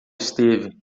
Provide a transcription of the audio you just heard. esteve